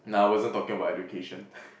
nah I wasn't talking about education